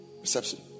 reception